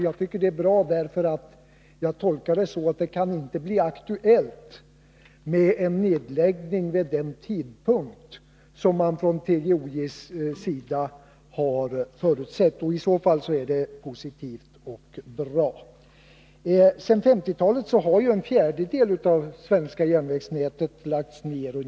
Jag tolkar detta så, att det inte kan bli aktuellt med en nedläggning vid den tidpunkt som TGOJ har förutsett. I så fall är det positivt och bra. Alltsedan 1950-talet har ungefär en fjärdedel av det svenska järnvägsnätet lagts ned.